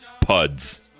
Puds